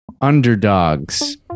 Underdogs